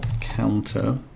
counter